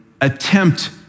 attempt